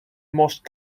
most